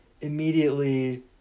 immediately